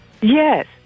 Yes